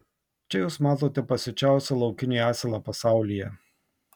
čia jūs matote pasiučiausią laukinį asilą pasaulyje